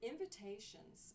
Invitations